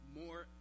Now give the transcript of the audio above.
more